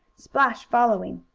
splash following.